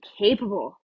capable